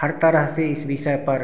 हर तरह से इस विषय पर